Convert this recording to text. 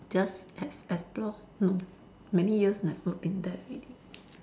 just ex~ explore no many years never been there already